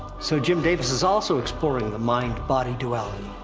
so jim davis is also exploring the mind body duality.